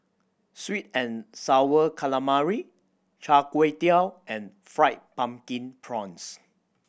sweet and Sour Calamari Char Kway Teow and Fried Pumpkin Prawns